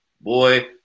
Boy